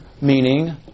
meaning